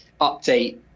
update